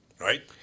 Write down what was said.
right